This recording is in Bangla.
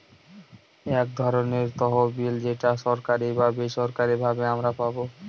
এক ধরনের তহবিল যেটা সরকারি বা বেসরকারি ভাবে আমারা পাবো